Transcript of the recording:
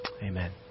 amen